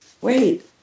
wait